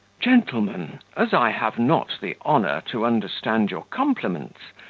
gentlemen, as i have not the honour to understand your compliments,